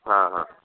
ହଁ ହଁ